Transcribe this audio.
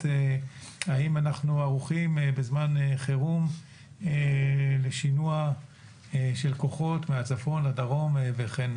האם אנחנו ערוכים בזמן חירום לשינוע כוחות מהצפון לדרום וכן